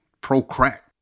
pro-crack